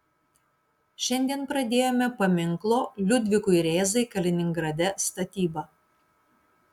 šiandien pradėjome paminklo liudvikui rėzai kaliningrade statybą